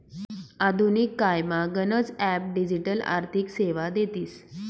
आधुनिक कायमा गनच ॲप डिजिटल आर्थिक सेवा देतीस